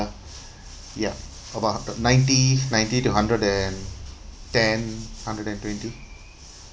ya about a hun~ ninety ninety to hundred and ten hundred and twenty